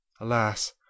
Alas